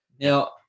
Now